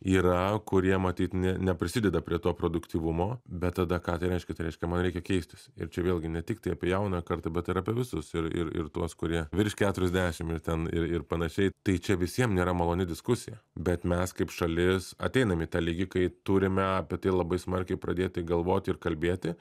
yra kurie matyt ne neprisideda prie to produktyvumo bet tada ką tai reiškia tai reiškia man reikia keistis ir čia vėlgi ne tiktai apie jauną kartą bet ir apie visus ir ir tuos kurie virš keturiasdešim ir ten ir ir panašiai tai čia visiem nėra maloni diskusija bet mes kaip šalis ateinam į tą lygį kai turime apie tai labai smarkiai pradėti galvoti ir kalbėti